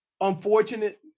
unfortunate